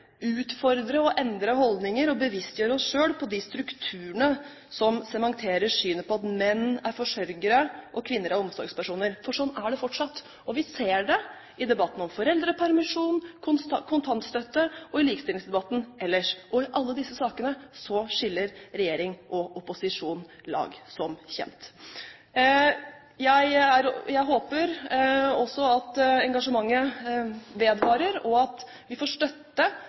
utfordre og endre holdninger, og bevisstgjøre oss selv på de strukturene som sementerer synet på at menn er forsørgere og kvinner er omsorgspersoner, for slik er det fortsatt. Vi ser det i debattene om foreldrepermisjon og kontantstøtte, og i likestillingsdebatten ellers. I alle disse sakene skiller regjering og opposisjon lag, som kjent. Jeg håper også at engasjementet vedvarer, og at vi får støtte